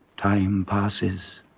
time passes.